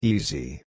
Easy